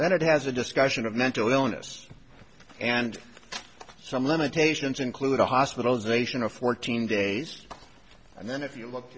that it has a discussion of mental illness and some limitations include a hospitalization of fourteen days and then if you look